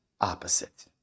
opposite